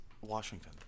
Washington